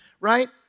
right